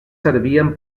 servien